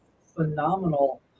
phenomenal